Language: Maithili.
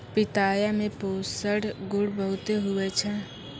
पिताया मे पोषण गुण बहुते हुवै छै